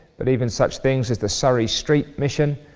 but even such things as the surrey street mission,